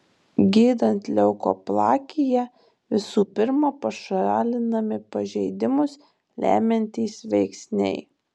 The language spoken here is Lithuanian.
gydant leukoplakiją visų pirma pašalinami pažeidimus lemiantys veiksniai